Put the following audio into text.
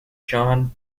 john